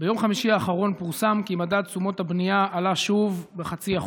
ביום חמישי האחרון פורסם כי מדד תשומות הבנייה עלה שוב ב-0.5%.